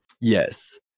Yes